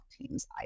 Teams